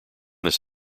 this